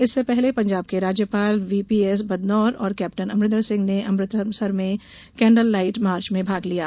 इससे पहले पंजाब के राज्यपाल वीपीएस बदनोर और कैप्टन अमरिंदर सिंह ने अमृतसर में कैंडल लाइट मार्च में भाग लिया